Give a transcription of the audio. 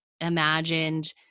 imagined